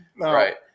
Right